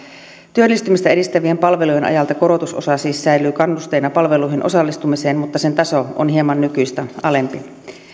työllistymistä edistävien palvelujen ajalta korotusosa siis säilyy kannusteena palveluihin osallistumiseen mutta sen taso on hieman nykyistä alempi